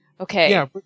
Okay